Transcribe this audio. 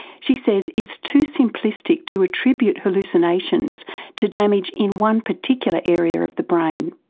she says it's too simplistic to attribute hallucinations to damage in one particular area of the brain,